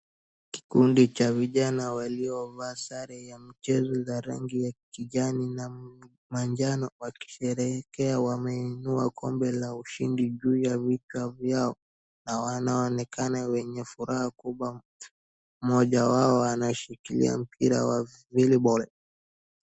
Kikundi cha vijana waliovaa sare ya michezo za rangi ya kijani na manjano wakisherehekea wameinua kombe la ushindi juu ya vichwa vyao na wanaonekana wenye furaha kubwa mmoja wao anashikilia mpira wa volleyball .